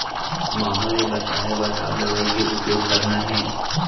माहो ले बचाओ बर का दवई के उपयोग करना हे?